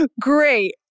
great